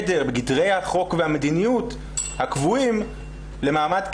בגדרי החוק והמדיניות הקבועים למעמד קבע.